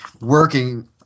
working